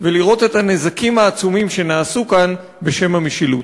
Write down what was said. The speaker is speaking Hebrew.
ולראות את הנזקים העצומים שנעשו כאן בשם המשילות.